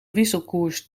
wisselkoers